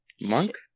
monk